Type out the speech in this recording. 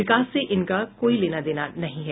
विकास से इनका कोई लेना देना नहीं है